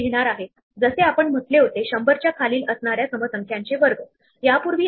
प्रत्यक्षात आपण ते पाहू शकत नाही परंतु जर तुम्ही डॉक्युमेंटेशन पाहिले तर तुम्हाला ते सापडेल